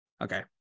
Okay